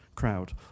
Crowd